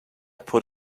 put